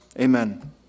amen